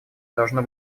должно